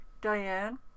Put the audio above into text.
Diane